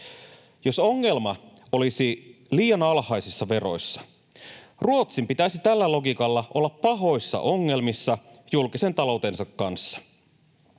Jos ongelma olisi liian alhaisissa veroissa, Ruotsin pitäisi tällä logiikalla olla pahoissa ongelmissa julkisen taloutensa kanssa.